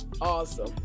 Awesome